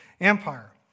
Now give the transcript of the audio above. Empire